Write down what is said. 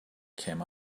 came